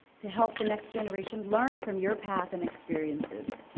to help the next generation learn from your path and experiences.